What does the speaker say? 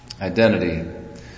identity